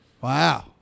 Wow